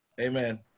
Amen